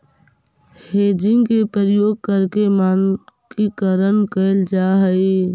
hedging के प्रयोग करके मानकीकरण कैल जा हई